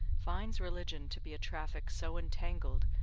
finds religion to be a traffic so entangled,